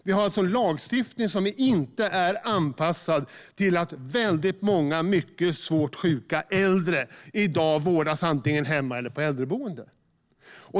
Vi har alltså en lagstiftning som inte är anpassad till att många mycket svårt sjuka äldre i dag vårdas antingen hemma eller på äldreboenden.